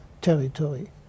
territory